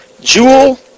Jewel